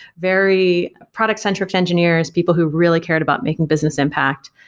very product-centric engineers, people who really cared about making business impact.